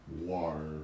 water